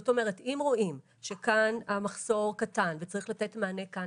זאת אומרת: אם רואים שכאן המחסור קטן וצריך לתת מענה במקום אחר,